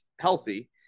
healthy